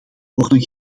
worden